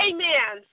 Amen